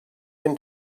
been